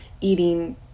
eating